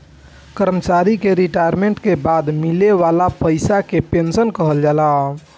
कर्मचारी के रिटायरमेंट के बाद मिले वाला पइसा के पेंशन कहल जाला